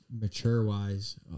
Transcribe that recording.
mature-wise